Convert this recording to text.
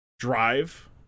drive